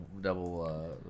double